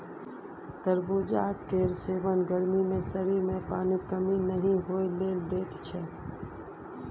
तरबुजा केर सेबन गर्मी मे शरीर मे पानिक कमी नहि होइ लेल दैत छै